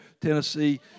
Tennessee